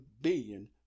billion